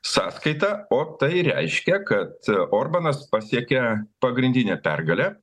sąskaitą o tai reiškia kad orbanas pasiekia pagrindinę pergalę